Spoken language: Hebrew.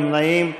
אין נמנעים.